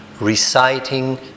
reciting